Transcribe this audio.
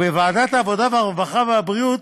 בוועדת העבודה, הרווחה והבריאות